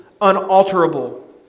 unalterable